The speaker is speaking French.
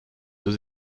deux